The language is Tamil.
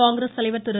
காங்கிரஸ் தலைவர் திரு